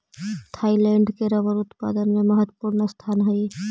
Thailand के rubber उत्पादन में महत्त्वपूर्ण स्थान हइ